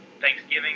Thanksgiving